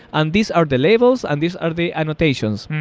and these are the labels and these are the annotations.